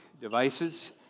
devices